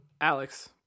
Alex